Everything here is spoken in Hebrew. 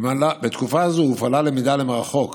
בתקופה זו הופעלה למידה מרחוק